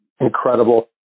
incredible